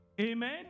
Amen